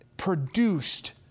Produced